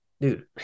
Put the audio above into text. dude